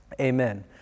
amen